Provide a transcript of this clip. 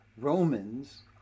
Romans